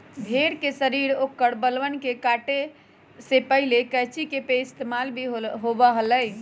भेड़ के शरीर से औकर बलवन के काटे ला पहले कैंची के पइस्तेमाल ही होबा हलय